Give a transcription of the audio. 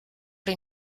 era